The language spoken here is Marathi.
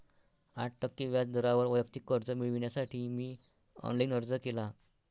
आठ टक्के व्याज दरावर वैयक्तिक कर्ज मिळविण्यासाठी मी ऑनलाइन अर्ज केला